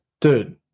Dude